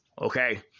okay